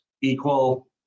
equal